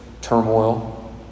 turmoil